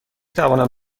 توانم